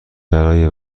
برای